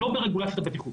לא ברגולציית הבטיחות.